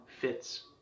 fits